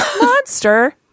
Monster